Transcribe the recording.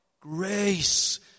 Grace